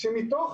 שמתוך